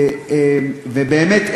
ובאמת,